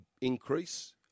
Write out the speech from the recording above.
increase